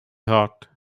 heart